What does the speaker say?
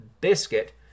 Biscuit